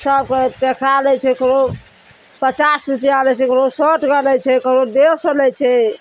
सबके देखा लै छै ककरो पचास रुपैआ लै छै ककरो सओ टाका लै छै ककरो डेढ़ सओ लै छै